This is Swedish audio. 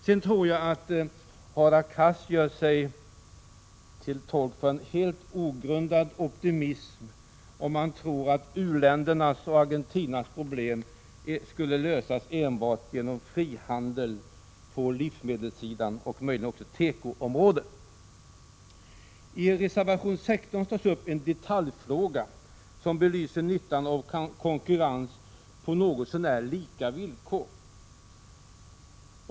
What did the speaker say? Jag tror att Hadar Cars gör sig till tolk för en helt ogrundad optimism om han tror att u-ländernas och Argentinas problem skulle kunna lösas enbart genom frihandel på livsmedelsområdet och möjligen också tekoområdet. I reservation 16 tas en detaljfråga upp som belyser nyttan av konkurrens på något så när lika villkor.